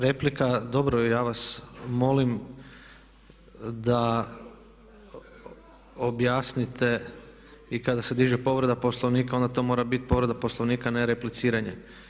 Replika …… [[Upadica se ne čuje.]] Dobro ja vas molim da objasnite i kada se diže povreda Poslovnika onda to mora biti povreda Poslovnika a ne repliciranje.